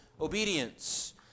obedience